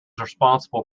responsible